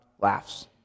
laughs